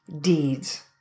deeds